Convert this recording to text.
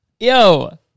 Yo